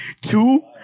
two